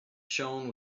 shone